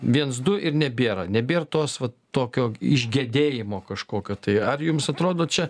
viens du ir nebėra nebėr tos va tokio išgedėjimo kažkokio tai ar jums atrodo čia